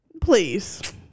please